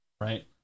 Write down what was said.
right